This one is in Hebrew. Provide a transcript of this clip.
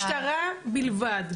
זה משטרה בלבד.